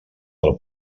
del